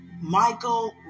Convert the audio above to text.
Michael